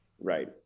Right